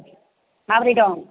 माबोरै दं